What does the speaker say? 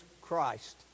Christ